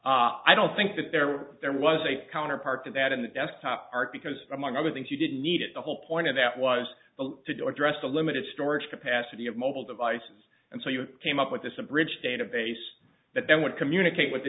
database i don't think that there were there was a counterpart to that in the desktop part because among other things you didn't need it the whole point of that was to do address the limited storage capacity of mobile devices and so you came up with this abridged database that then would communicate with the